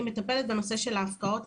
אני מטפלת בנושא של ההפקעות,